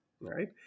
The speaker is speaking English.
right